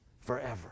forever